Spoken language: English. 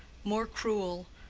more cruel,